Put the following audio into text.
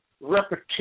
repetition